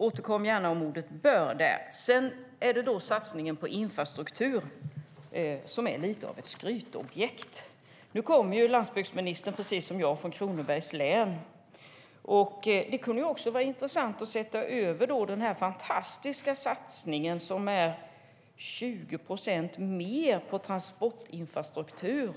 Återkom gärna om ordet "bör"! Satsningen på infrastruktur är lite av ett skrytobjekt. Nu kommer landsbygdsministern precis som jag från Kronobergs län, och det kan vara intressant att se vad den här fantastiska satsningen, som innebär 20 procent mer till transportinfrastruktur